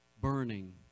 burning